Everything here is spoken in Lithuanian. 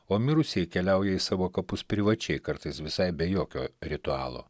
o mirusieji keliauja į savo kapus privačiai kartais visai be jokio ritualo